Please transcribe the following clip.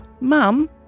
Mum